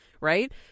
right